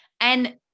And-